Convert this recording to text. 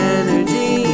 energy